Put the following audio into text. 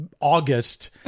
August